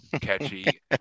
catchy